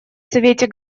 совете